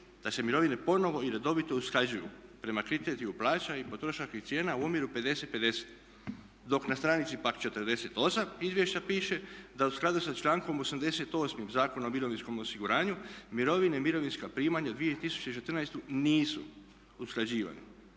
da se mirovine ponovno i redovito usklađuju prema kriteriju plaća i potrošačkih cijena u omjeru 50:50, dok na stranici pak 48. izvješća piše da u skladu sa člankom 88. Zakona o mirovinskom osiguranju mirovine i mirovinska primanja u 2014. nisu usklađivani.